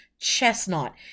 Chestnut